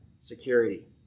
security